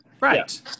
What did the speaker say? right